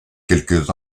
quelques